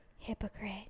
hypocrite